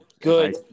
good